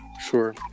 Sure